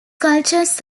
cultures